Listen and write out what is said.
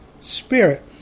Spirit